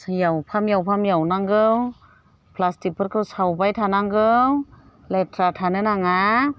जों एवफाम एवफाम एवनांगौ प्लासटिकफोरखौ सावबाय थानांगौ लेथ्रा थानो नाङा